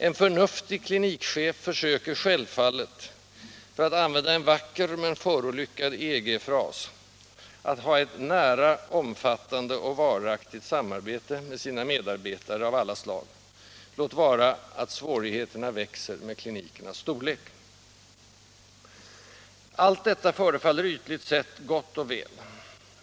En förnuftig klinikchef försöker självfallet, för att använda en vacker men förolyckad EG-fras, ha ett ”nära, omfattande och varaktigt” samarbete med sina medarbetare av alla slag — låt vara att svårigheterna växer med klinikens storlek. Allt detta förefaller ytligt sett gott och väl.